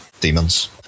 demons